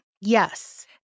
Yes